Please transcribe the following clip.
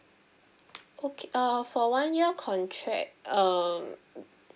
okay uh for one year contract um